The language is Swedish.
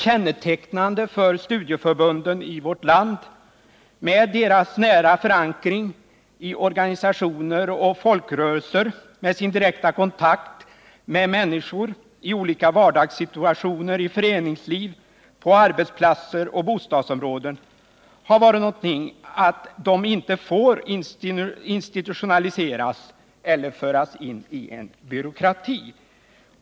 Kännetecknande för studieförbunden i vårt land, med deras starka förankring i organisationer och folkrörelser och deras direktkontakt med människor i olika vardagssituationer, i föreningsliv, på arbetsplatser och i I bostadsområden, har varit att de inte får institutionaliseras eller föras in i en byråkrati.